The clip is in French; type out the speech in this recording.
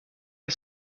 est